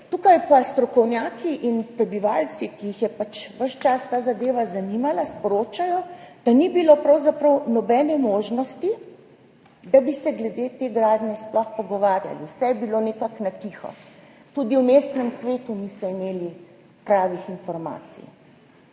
tu pa strokovnjaki in prebivalci, ki jih je ta zadeva ves čas zanimala, sporočajo, da ni bilo pravzaprav nobene možnosti, da bi se glede te gradnje sploh pogovarjali, vse je bilo nekako po tiho, tudi v mestnem svetu niso imeli pravih informacij.